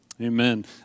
amen